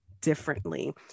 differently